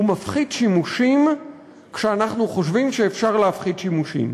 הוא מפחית שימושים כשאנחנו חושבים שאפשר להפחית שימושים.